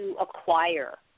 acquire